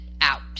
out